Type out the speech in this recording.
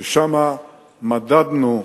ששם מדדנו,